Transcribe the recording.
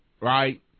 right